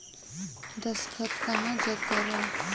दस्खत कहा जग करो?